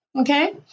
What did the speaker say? Okay